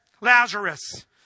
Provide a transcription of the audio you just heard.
Lazarus